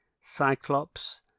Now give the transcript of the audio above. Cyclops